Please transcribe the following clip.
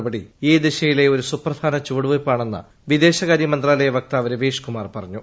നടപടി ഈ ദിശയിലെ ഒരു സുപ്രധാന ചുവട് വയ്പാണെന്ന് വിദേശകാര്യ മന്ത്രാലയ വക്താവ് രവീഷ്കുമാർ പറഞ്ഞു